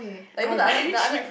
like the other the other